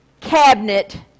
cabinet